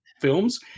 films